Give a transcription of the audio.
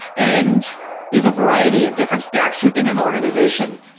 and there's a variety of different stacks within an organization,